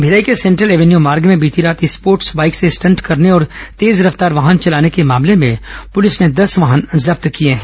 भिलाई के Central Avenue मार्ग में बीती रात स्पोर्टर्स बाईक से स्टंट करने और तेज रफ्तार वाहन चलाने के मामले में पुलिस ने दस वाहन जब्त किए हैं